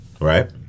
Right